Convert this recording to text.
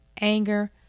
anger